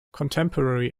contemporary